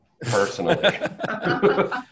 personally